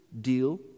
deal